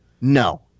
no